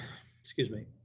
excuse me.